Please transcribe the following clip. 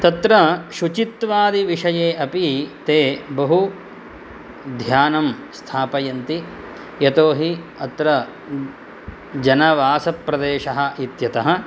तत्र शुचित्वादिविषये अपि ते बहु ध्यानं स्थापयन्ति यतोहि अत्र जनवासप्रदेशः इत्यतः